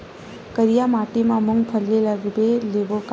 करिया माटी मा मूंग फल्ली लगय लेबों का?